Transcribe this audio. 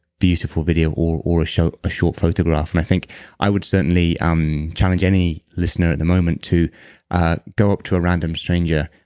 beautiful video or or a short photograph and i think i would certainly um challenge any listener at the moment to go up to a random stranger,